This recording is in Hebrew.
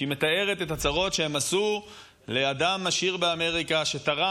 כשהיא מתארת את הצרות שהם עשו לאדם עשיר באמריקה שתרם,